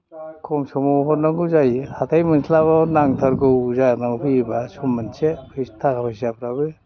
खम समाव हरनांगौ जायो हाथाय मोनस्लाब्लाबो नांथारगौ जाना फैयोब्ला सम मोनसे थाखा फैसाफ्राबो